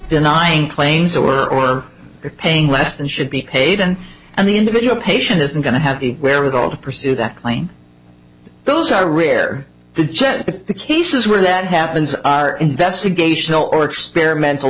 denying planes or you're paying less than should be paid and the individual patient isn't going to have the wherewithal to pursue that i mean those are rare the jets the cases where that happens our investigation or experimental